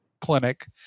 clinic